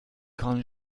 kann